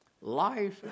Life